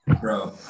Bro